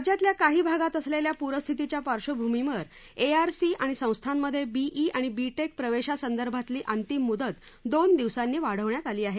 राज्यातल्या काही भागात असलेल्या प्रस्थितीच्या पार्धभूमीवर एआर सी आणि संस्थांमधे बीई आणि बीटेक प्रवेशासंदर्भातली अंतिम मुदत दोन दिवसांनी वाढवण्यात आली आहे